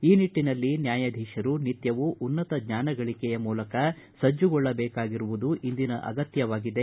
ಈ ನಿಟ್ಟನಲ್ಲಿ ನ್ಯಾಯಾಧೀಶರು ನಿತ್ಯವೂ ಉನ್ನತ ಜ್ವಾನ ಗಳಿಕೆಯ ಮೂಲಕ ಸಜ್ಜಗೊಳ್ಳಬೇಕಾಗಿರುವುದು ಇಂದಿನ ಅಗತ್ಯವಾಗಿದೆ